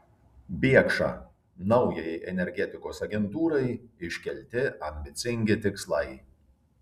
biekša naujajai energetikos agentūrai iškelti ambicingi tikslai